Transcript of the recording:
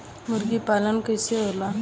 मुर्गी पालन कैसे होला?